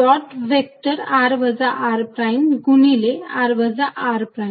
dot vector r वजा r prime गुणिले vector r वजा r प्राईम